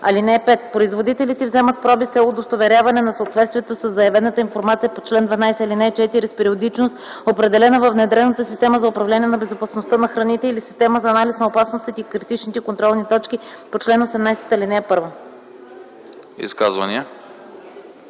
храните. (5) Производителите вземат проби с цел удостоверяване на съответствието със заявената информация по чл. 12, ал. 4 с периодичност, определена във внедрената система за управление на безопасността на храните или система за анализ на опасностите и критичните контролни точки по чл. 18, ал.